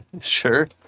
sure